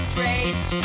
rage